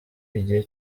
igihe